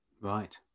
Right